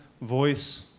voice